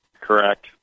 Correct